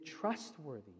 trustworthy